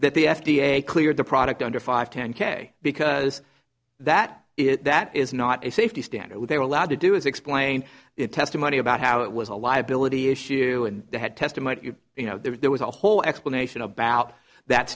that the f d a cleared the product under five ten k because that is that is not a safety standard they are allowed to do is explain it testimony about how it was a liability issue and they had testimony you know there was a whole explanation about that